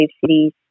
cities